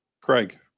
Craig